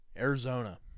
Arizona